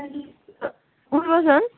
पारि गोरुबथान